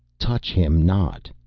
touch him not!